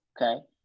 Okay